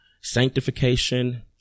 sanctification